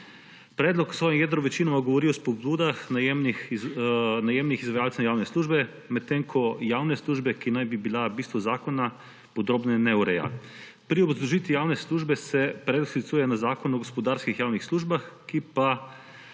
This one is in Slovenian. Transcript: Predlog v svojem jedru večinoma govori o spodbudah najemnih izvajalcev javne službe, medtem ko javne službe, ki naj bi bila bistvo zakona, podrobneje ne ureja. Pri obrazložitvi javne službe se predlog sklicuje na Zakon o gospodarskih javnih službah, ki pa